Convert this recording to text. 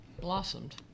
Blossomed